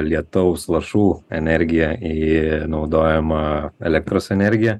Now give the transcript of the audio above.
lietaus lašų energiją į naudojamą elektros energiją